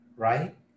right